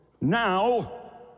Now